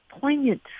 poignant